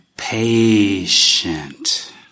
Patient